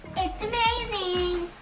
it's amazing.